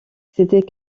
c’était